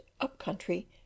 up-country